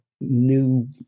new